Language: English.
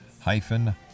hyphen